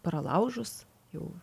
pralaužus jau